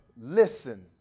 listen